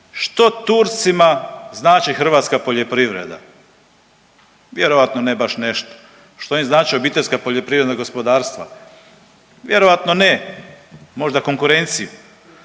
što Turcima znači hrvatska poljoprivreda. Vjerojatno ne baš nešto. Što im znači obiteljska poljoprivredna gospodarstva? Vjerojatno ne, možda konkurenciju.